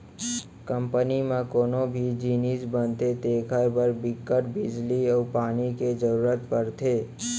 company म कोनो भी जिनिस बनथे तेखर बर बिकट बिजली अउ पानी के जरूरत परथे